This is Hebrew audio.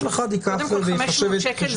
כל אחד ייקח ויחשב את חשבונו.